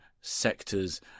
sectors